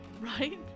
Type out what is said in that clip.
Right